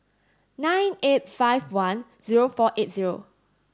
nine eight five one zero four eight zero